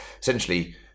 essentially